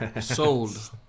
Sold